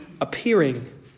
appearing